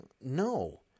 No